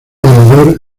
ganador